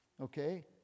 Okay